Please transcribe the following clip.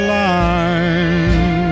line